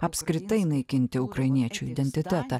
apskritai naikinti ukrainiečių identitetą